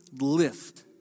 lift